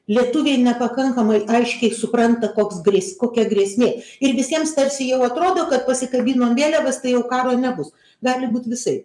lietuviai nepakankamai aiškiai supranta koks grės kokia grėsmė ir visiems tarsi jau atrodo kad pasikabinom vėliavas tai jau karo nebus gali būt visaip